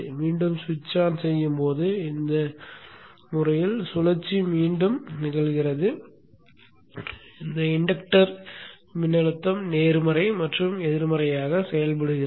மீண்டும் சுவிட்ச்ஐ ஆன் செய்யும்போது இந்த முறையில் சுழற்சி மீண்டும் நிகழ்கிறது தூண்டல் மின்னழுத்தம் நேர்மறை மற்றும் எதிர்மறையாக செல்கிறது